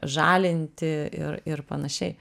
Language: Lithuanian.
žalinti ir ir panašiai